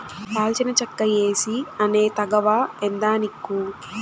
దాల్చిన చెక్క ఏసీ అనే తాగవా ఏందానిక్కు